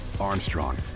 Armstrong